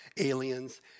aliens